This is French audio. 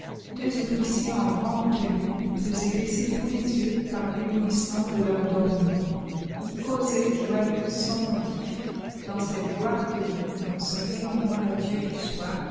deux officiers en grande tenue faisaient baisser tous les yeux par féblouissement de leurs dorures ils causaient joyeux sans motif dans cette gloire de vie dans ce rayonnement radieux du soir